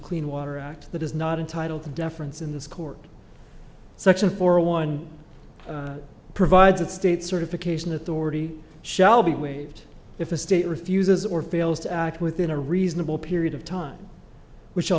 clean water act that is not entitled to deference in this court section four one provides that state certification authority shall be waived if a state refuses or fails to act within a reasonable period of time which will